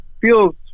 feels